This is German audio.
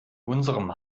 unserem